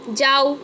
যাও